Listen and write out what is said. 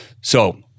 So-